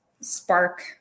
spark